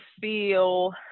feel